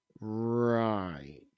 right